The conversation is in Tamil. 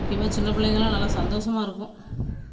முக்கியமாக சின்ன பிள்ளைங்கெல்லாம் நல்லா சந்தோஸமாக இருக்கும்